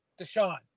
Deshaun